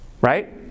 Right